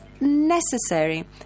necessary